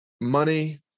money